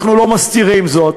אנחנו לא מסתירים זאת,